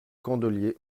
candelier